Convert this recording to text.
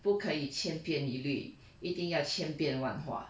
不可以千篇一律一定要千变万化